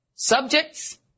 subjects